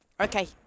Okay